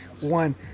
one